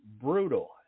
brutal